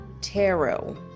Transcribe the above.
tarot